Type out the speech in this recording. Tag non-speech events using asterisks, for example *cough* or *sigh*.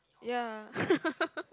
ya *laughs*